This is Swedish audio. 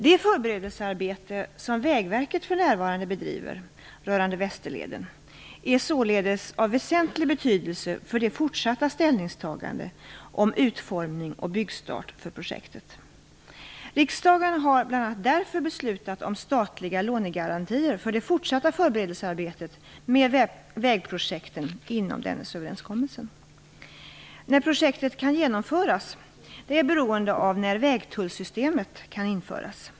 Det förberedelsearbete som Vägverket för närvarande bedriver rörande Västerleden är således av väsentlig betydelse för det fortsatta ställningstagandet om utformning och byggstart för projektet. Riksdagen har bl.a. därför beslutat om statliga lånegarantier för det fortsatta förberedelsearbetet med vägprojekten inom Dennisöverenskommelsen. När projektet kan genomföras är beroende av när vägtullsystemet kan införas.